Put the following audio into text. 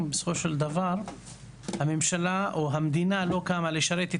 פשוט החליטו לא לעשות.